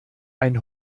ein